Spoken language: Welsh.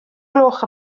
gloch